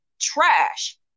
trash